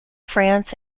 france